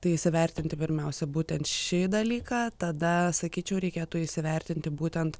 tai įsivertinti pirmiausia būtent šį dalyką tada sakyčiau reikėtų įsivertinti būtent